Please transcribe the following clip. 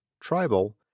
tribal